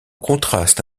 contraste